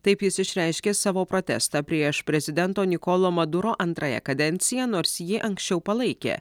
taip jis išreiškė savo protestą prieš prezidento nikolo maduro antrąją kadenciją nors jį anksčiau palaikė